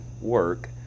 work